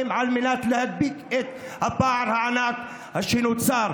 על מנת להדביק את הפער הענק שנוצר.